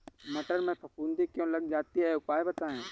मटर में फफूंदी क्यो लग जाती है उपाय बताएं?